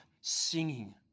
singing